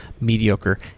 mediocre